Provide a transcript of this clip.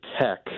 tech